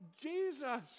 Jesus